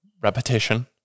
Repetition